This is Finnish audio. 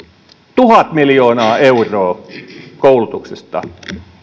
tuhat miljoonaa euroa koulutuksesta